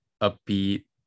upbeat